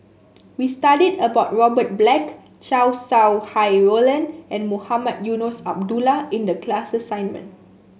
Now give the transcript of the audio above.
we studied about Robert Black Chow Sau Hai Roland and Mohamed Eunos Abdullah in the class assignment